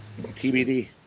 TBD